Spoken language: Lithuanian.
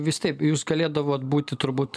vis taip jūs galėdavot būti turbūt